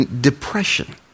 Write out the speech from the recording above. depression